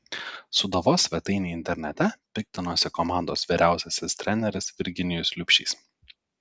sūduvos svetainei internete piktinosi komandos vyriausiasis treneris virginijus liubšys